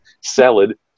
salad